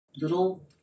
little